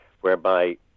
whereby